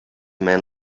man